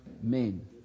men